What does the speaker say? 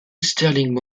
stirling